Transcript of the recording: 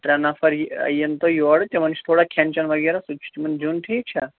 ترٛےٚ نَفر یِن تۄہہِ یورٕ تِمَن چھُ تھوڑا کھٮ۪ن چٮ۪ن وغیرہ سُہ تہِ چھُ تِمن دیُن ٹھیٖک چھا